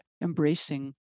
embracing